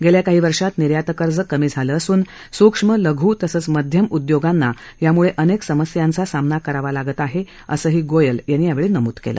गेल्या काही वर्षात निर्यात कर्ज कमी झालं असून सुक्ष्म लघु तसंच मध्यम उद्योगांना यामुळे अनेक समस्यांचा सामना करावा लागत आहे असंही गोयल यांनी यावेळी नमूद केलं